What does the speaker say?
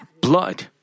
blood